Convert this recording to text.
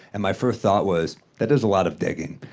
and my first thought was that is a lot of digging.